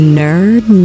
nerd